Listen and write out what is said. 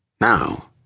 Now